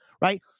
right